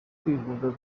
kwihuza